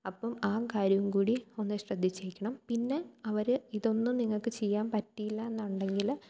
അപ്പോൾ ആ കാര്യം കൂടി ഒന്ന് ശ്രദ്ധിച്ചിരിക്കണം പിന്നെ അവർ ഇതൊന്നും നിങ്ങൾക്ക് ചെയ്യാൻ പറ്റിയില്ല എന്നുണ്ടെങ്കിൽ